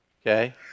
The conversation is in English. okay